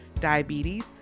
diabetes